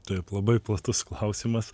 taip labai platus klausimas